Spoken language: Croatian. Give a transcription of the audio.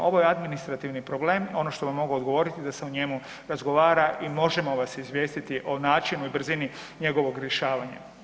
A ovo je administrativni problem, ono što vam mogu odgovoriti da se o njemu razgovara i možemo vas izvijestiti o načinu i brzini njegovog rješavanja.